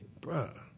bruh